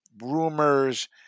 rumors